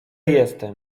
jestem